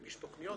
יגישו תכניות.